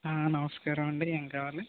నమస్కారం అండీ ఏం కావాలి